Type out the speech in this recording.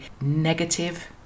negative